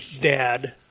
dad